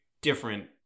different